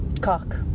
Cock